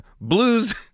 blues